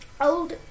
old